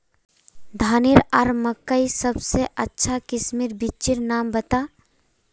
धानेर आर मकई सबसे अच्छा किस्मेर बिच्चिर नाम बता?